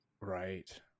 right